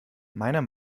meiner